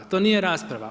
To nije rasprava.